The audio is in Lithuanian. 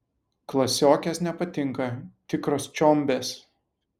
klasiokės nepatinka tikros čiombės